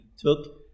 took